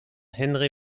henri